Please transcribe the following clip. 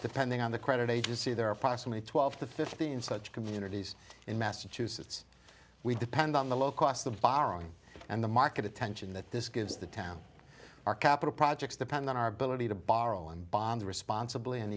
that pending on the credit agency there are approximately twelve to fifteen such communities in massachusetts we depend on the low cost of borrowing and the market attention that this gives the town our capital projects the pentagon our ability to borrow and bond responsibly and